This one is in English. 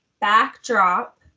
backdrop